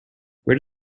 where